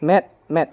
ᱢᱮᱸᱫᱼᱢᱮᱸᱫ